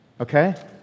okay